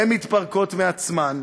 הן מתפרקות מעצמן.